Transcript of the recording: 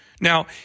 Now